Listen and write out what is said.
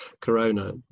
corona